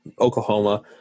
Oklahoma